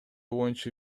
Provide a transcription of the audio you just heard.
боюнча